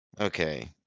Okay